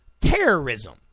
terrorism